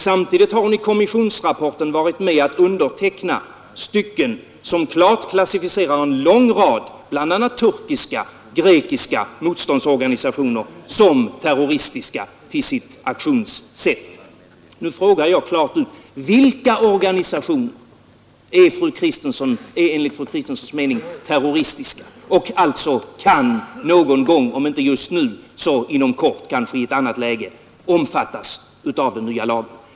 Samtidigt har hon i kommissionsrapporten varit med om att underteckna stycken, som klart klassificerar en lång rad, bl.a. turkiska och grekiska, motståndsorganisationer som terroristiska till sitt aktionssätt. Nu frågar jag rent ut: Vilka organisationer är enligt fru Kristenssons mening terroristiska? Vilka kan någon gång — om inte just nu så inom kort och kanske i ett annat läge — omfattas av den nya lagen?